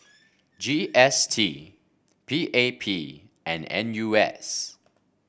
G S T P A P and N U S